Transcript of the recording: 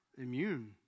immune